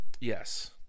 Yes